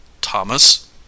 thomas